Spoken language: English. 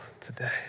today